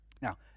Now